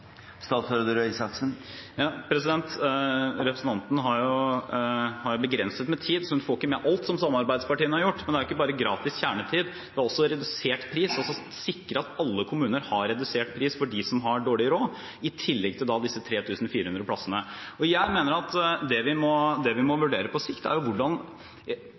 Representanten har begrenset med tid, så hun får ikke med alt som samarbeidspartiene har gjort. Det er ikke bare gratis kjernetid, det er også redusert pris – sikre at alle kommuner har redusert pris for dem som har dårlig råd – i tillegg til de 3 400 plassene. Når det gjelder det vi må vurdere på sikt,